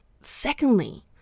Secondly